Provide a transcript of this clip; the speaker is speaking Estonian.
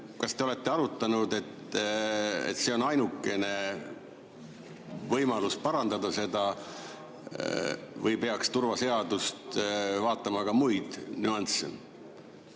Kas te olete arutanud, et see on ainukene võimalus parandada seda, või peaks turvaseaduses vaatama ka muid nüansse?